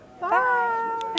bye